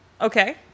Okay